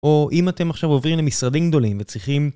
או אם אתם עכשיו עוברים למשרדים גדולים וצריכים...